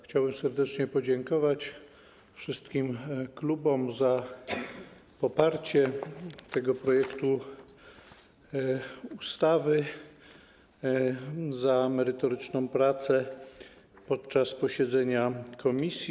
Chciałbym serdecznie podziękować wszystkim klubom za poparcie tego projektu ustawy, za merytoryczną pracę podczas posiedzenia komisji.